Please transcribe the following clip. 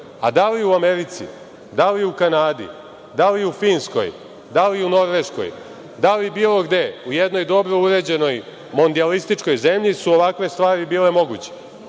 li u Americi, Kanadi, Finskoj, da li u Norveškoj, bilo gde, u jednoj dobroj uređenoj mondijalističkoj zemlji su ovakve stvari bile moguće